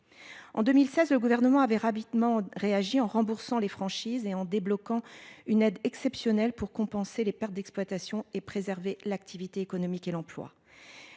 En 2016 le gouvernement avait rapidement réagi en remboursant les franchises et en débloquant une aide exceptionnelle pour compenser les pertes d'exploitation et préserver l'activité économique et l'emploi.